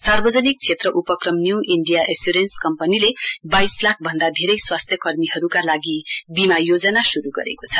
सार्वजनिक क्षेत्र उपक्रम न्यू इण्डिया एग्योरेन्स कम्पन ले वाइस लाख भन्दा धेरै स्वास्थ्य कर्मीहरूका लाग् बीमा योजना शुरू गरेको छ